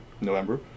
November